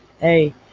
Hey